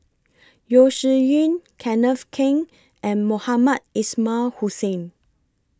Yeo Shih Yun Kenneth Keng and Mohamed Ismail Hussain